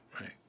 Right